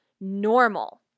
normal